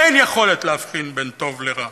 אין יכולת להבחין בין טוב לרע,